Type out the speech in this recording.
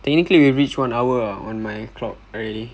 technically we already reach one hour ah on my clock already